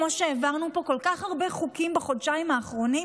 כמו שהעברנו פה כל כך הרבה חוקים בחודשיים האחרונים,